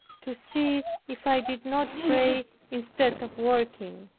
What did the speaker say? to see if i did not pray instead of working.